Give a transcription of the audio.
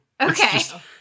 Okay